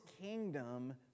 kingdom